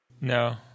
No